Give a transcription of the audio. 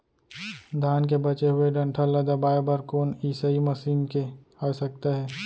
धान के बचे हुए डंठल ल दबाये बर कोन एसई मशीन के आवश्यकता हे?